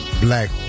black